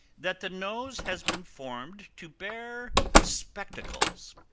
that the nose has been formed to bear spectacles